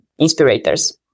inspirators